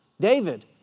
David